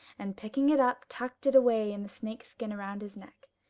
and, picking it up, tucked it away in the snake's skin round his neck.